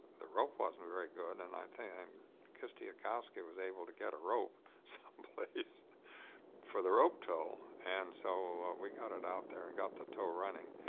the rope wasn't very good, and i think i mean kistiakowsky was able to get a rope some place for the rope tow. and so we got it out there and got the tow running,